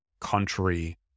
country